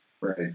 right